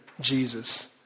Jesus